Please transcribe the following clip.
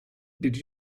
did